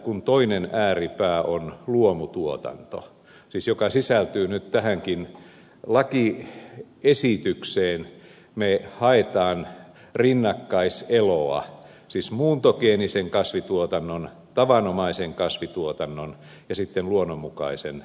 kun toinen ääripää on luomutuotanto joka sisältyy nyt tähänkin lakiesitykseen niin me haemme rinnakkaiseloa siis muuntogeenisen kasvintuotannon tavanomaisen kasvintuotannon ja sitten luonnonmukaisen viljelyn välillä